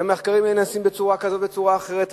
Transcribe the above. שהמחקרים האלה נעשים בצורה כזו ובצורה אחרת,